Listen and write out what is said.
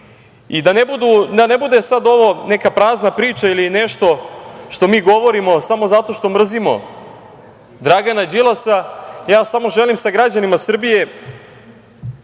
ne bude sad ovo neka prazna priča ili nešto što mi govorimo samo zato što mrzimo Dragana Đilasa, ja samo želim sa građanima Srbije